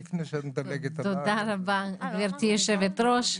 תודה רבה גברתי יושבת הראש.